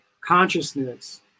consciousness